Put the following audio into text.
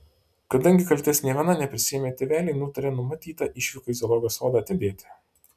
kadangi kaltės nė viena neprisiėmė tėveliai nutarė numatytą išvyką į zoologijos sodą atidėti